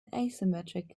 asymmetric